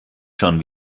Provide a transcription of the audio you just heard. schon